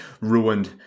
ruined